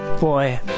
boy